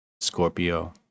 Scorpio